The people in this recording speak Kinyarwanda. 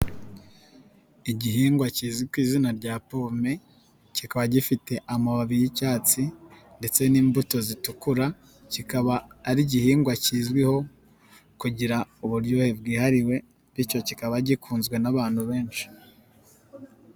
Igihingwa kizwi ku izina rya pome, kikaba gifite amababi y'icyatsi ndetse n'imbuto zitukura, kikaba ari igihingwa kizwiho kugira uburyohe bwihawe bityo kikaba gikunzwe n'abantu benshi.